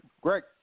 Greg